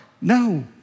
No